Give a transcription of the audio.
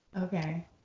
okay